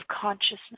consciousness